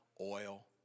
oil